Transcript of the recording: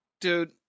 Dude